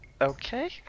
Okay